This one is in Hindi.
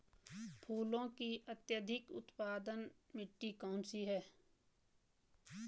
फूलों की अत्यधिक उत्पादन मिट्टी कौन सी है?